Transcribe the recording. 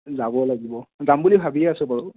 যাব লাগিব যাম বুলি ভাবিয়ে আছোঁ বাৰু